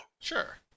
Sure